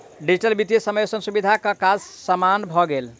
digital वित्तीय समावेशक सुविधा सॅ काज आसान भ गेल